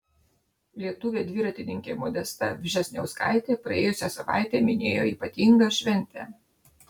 lietuvė dviratininkė modesta vžesniauskaitė praėjusią savaitę minėjo ypatingą šventę